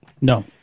No